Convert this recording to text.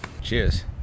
Cheers